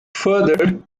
further